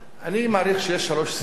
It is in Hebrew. אני מעריך שיש שלוש סיבות,